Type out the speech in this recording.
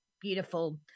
beautiful